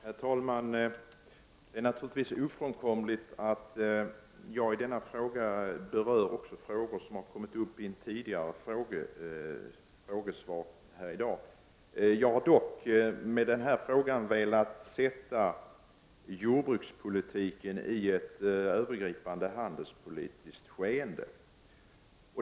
Herr talman! Jag tackar för svaret. Det är naturligtvis ofrånkomligt att jag även kommer att beröra frågor som har kommit upp i den tidigare debatten här i dag. Jag har dock med denna fråga velat sätta in jordbrukspolitiken i ett övergripande handelspolitiskt sammanhang.